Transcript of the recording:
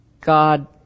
God